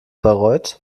bayreuth